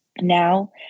Now